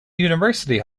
university